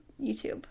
YouTube